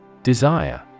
Desire